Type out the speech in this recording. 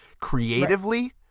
creatively